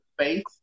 space